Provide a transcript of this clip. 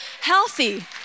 healthy